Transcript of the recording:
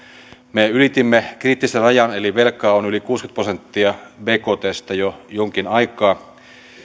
me ylitimme kriittisen rajan eli velkaa on ollut yli kuusikymmentä prosenttia bktstä jo jonkin aikaa